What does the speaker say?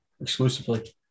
exclusively